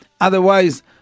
otherwise